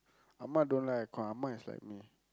amma don't like aircon amma is like me